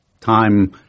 time